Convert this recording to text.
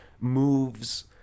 moves –